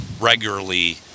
regularly